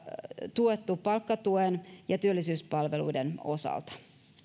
tuettu palkkatuen ja työllisyyspalveluiden osalta